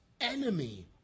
enemy